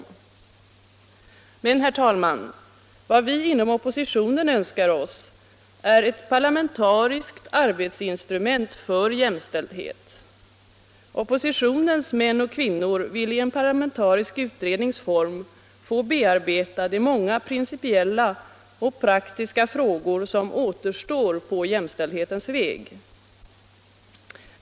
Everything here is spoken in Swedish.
Men vad vi inom oppositionen önskar oss är ett parlamentariskt arbetsinstrument för jämställdhet. Oppositionens män och kvinnor vill i en parlamentarisk utrednings form få bearbeta de många principiella och praktiska frågor som återstår på jämställdhetens väg.